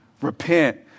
repent